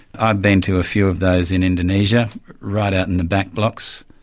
i've been to a few of those in indonesia right out in the backblocks,